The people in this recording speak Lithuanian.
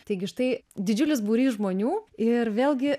taigi štai didžiulis būrys žmonių ir vėlgi